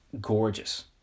gorgeous